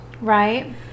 right